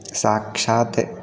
साक्षात्